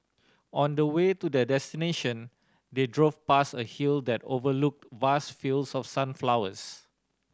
on the way to their destination they drove past a hill that overlooked vast fields of sunflowers